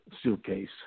suitcase